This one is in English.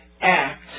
act